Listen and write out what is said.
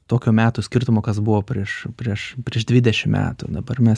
tokio metų skirtumo kas buvo prieš prieš prieš dvidešimt metų dabar mes